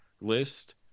list